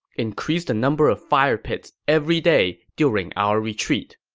increase the number of fire pits every day during our retreat.